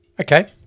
Okay